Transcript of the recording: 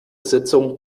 sitzung